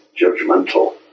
judgmental